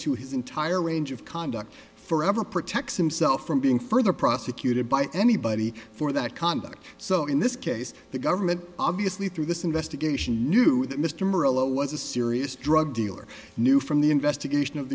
to his entire range of conduct forever protects himself from being further prosecuted by anybody for that conduct so in this case the government obviously through this investigation knew that mr morello was a serious drug dealer knew from the investigation of